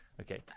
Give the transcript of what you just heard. Okay